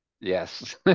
yes